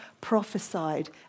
prophesied